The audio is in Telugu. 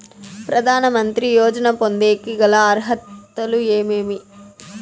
ప్రధాన మంత్రి యోజన పొందేకి గల అర్హతలు ఏమేమి?